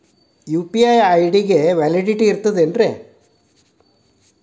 UPI ID ಗೆ validity ಇರತದ ಏನ್ರಿ?